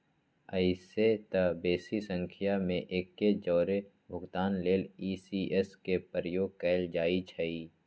अइसेए तऽ बेशी संख्या में एके जौरे भुगतान लेल इ.सी.एस के प्रयोग कएल जाइ छइ